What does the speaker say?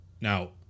Now